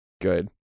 good